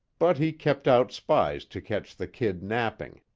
but he kept out spies to catch the kid napping.